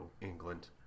England